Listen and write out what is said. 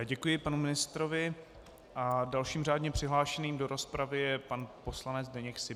Děkuji panu ministrovi a dalším řádně přihlášeným do rozpravy je pan poslanec Zdeněk Syblík.